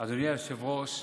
אדוני היושב-ראש,